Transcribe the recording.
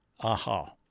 Aha